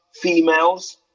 females